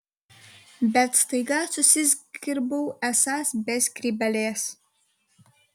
bet staiga susizgribau esąs be skrybėlės